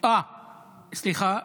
סליחה,